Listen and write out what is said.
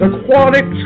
Aquatic